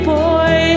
boy